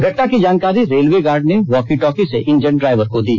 घटना की जानकारी रेलवे गार्ड ने वाकी टाकी से इंजन ड्राइवर को दी